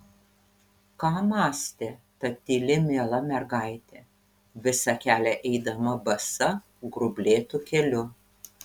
ką mąstė ta tyli miela mergaitė visą kelią eidama basa grublėtu keliu